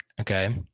okay